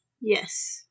Yes